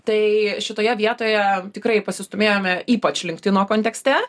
tai šitoje vietoje tikrai pasistūmėjome ypač linktino kontekste